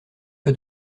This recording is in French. que